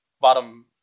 bottom